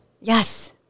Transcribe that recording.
Yes